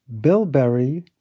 bilberry